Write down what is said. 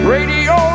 Radio